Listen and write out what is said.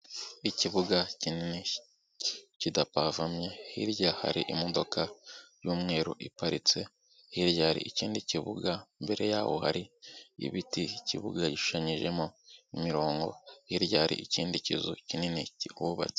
Ikibuga kinini kidapavomye, hirya hari imodoka y'umweru iparitse, hirya hari ikindi kibuga imbere y'aho hari ibiti, ikibuga gishushanyijemo imirongo, hirya hari ikindi kizu kinini kihubatse.